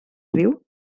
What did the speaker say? riu